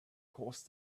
caused